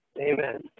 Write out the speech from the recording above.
Amen